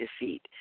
defeat